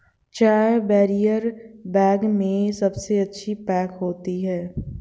चाय barrier bag में सबसे अच्छी पैक होती है